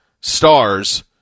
stars